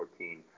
2014